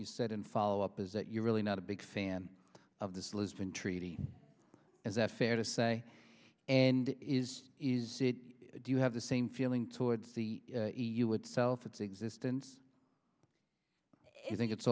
you said in follow up is that you're really not a big fan of this lisbon treaty is that fair to say and is is it do you have the same feeling towards the e u itself its existence i